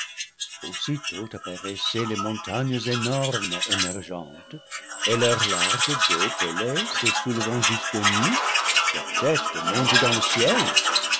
aussitôt apparaissent les montagnes énormes émergentes et leurs larges dos pelés se soulevant jusqu'aux nues leurs têtes montent dans le ciel